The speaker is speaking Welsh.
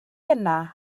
yna